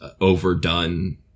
overdone